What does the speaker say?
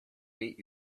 meet